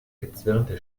gezwirnte